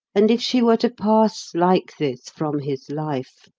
and if she were to pass like this from his life.